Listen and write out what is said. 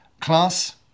class